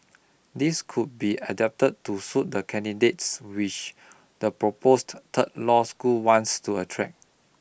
these could be adapted to suit the candidates which the proposed third law school wants to attract